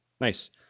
Nice